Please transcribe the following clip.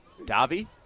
Davi